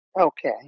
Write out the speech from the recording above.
Okay